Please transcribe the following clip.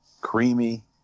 creamy